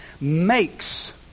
makes